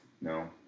no